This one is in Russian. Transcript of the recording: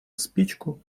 спичку